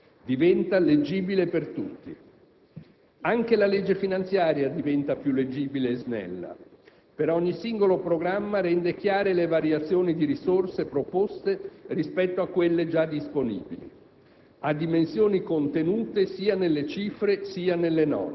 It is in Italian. Il bilancio finalmente parla in lingua italiana, diventa leggibile per tutti. Anche la legge finanziaria diventa più leggibile e snella: per ogni singolo programma rende chiare le variazioni di risorse proposte rispetto a quelle già disponibili;